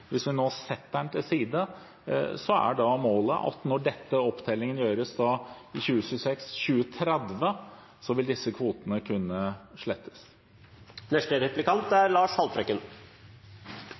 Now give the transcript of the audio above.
Hvis vi nå setter den til side, er målet at når denne opptellingen gjøres i 2026, 2030, vil disse kvotene kunne slettes.